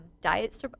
diet